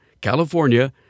California